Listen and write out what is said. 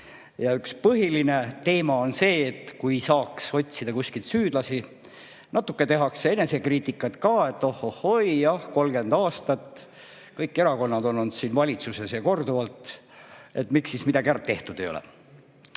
Üks põhiline teema on olnud see, et kui saaks otsida kuskilt süüdlasi. Natuke tehakse enesekriitikat ka, et oh-oh-hoi, jah, 30 aastat, kõik erakonnad on olnud valitsuses ja korduvalt, et miks siis midagi ära tehtud ei ole.